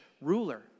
ruler